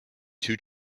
two